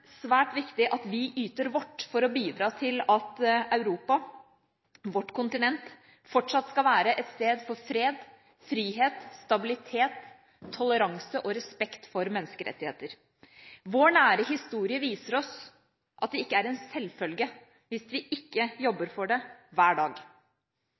svært viktig at vi yter vårt for å bidra til at Europa, vårt kontinent, fortsatt skal være et sted for fred, frihet, stabilitet, toleranse og respekt for menneskerettigheter. Vår nære historie viser oss at det ikke er en selvfølge hvis vi ikke